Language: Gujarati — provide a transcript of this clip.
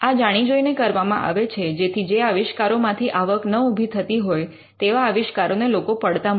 આ જાણી જોઈને કરવામાં આવે છે જેથી જે આવિષ્કારોમાંથી આવક ન ઉભી થતી હોય તેવા આવિષ્કારોને લોકો પડતા મૂકે